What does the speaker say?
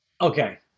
okay